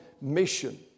mission